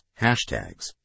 hashtags